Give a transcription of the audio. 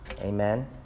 Amen